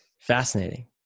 fascinating